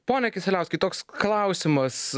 pone kisieliauskai toks klausimas